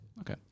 okay